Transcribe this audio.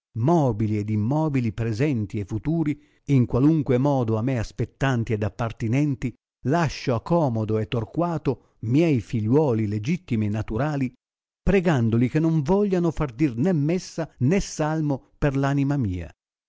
mobili ed immobili presenti e futuri in qualunque modo a me aspettanti ed appartinenti lascio a comodo e torquato miei figliuoli legittimi e naturali pregandoli che non vogliano far dire né messa né salmo per l anima mia